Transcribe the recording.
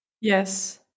Yes